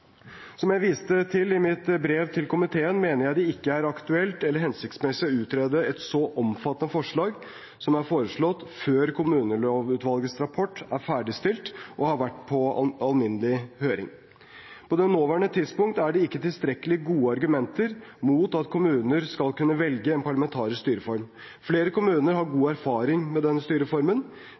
Som jeg viste til i mitt brev til komiteen, mener jeg det ikke er aktuelt eller hensiktsmessig å utrede et så omfattende forslag som er foreslått, før kommunelovutvalgets rapport er ferdigstilt og har vært på alminnelig høring. På det nåværende tidspunkt er det ikke tilstrekkelig gode argumenter mot at kommuner skal kunne velge en parlamentarisk styreform. Flere kommuner har god erfaring med denne styreformen.